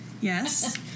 Yes